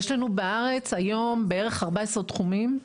יש לנו בארץ היום בערך 14 תחומים.